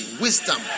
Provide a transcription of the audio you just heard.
Wisdom